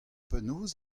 penaos